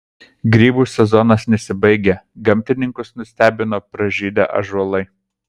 grybų sezonas nesibaigia gamtininkus nustebino pražydę ąžuolai